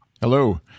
hello